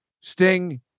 Sting